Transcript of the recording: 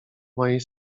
mojej